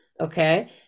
Okay